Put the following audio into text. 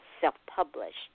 self-published